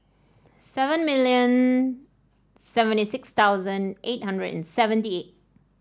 seven million seventy six thousand eight hundred and seventy eight